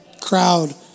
crowd